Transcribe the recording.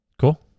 cool